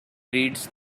reads